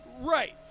Right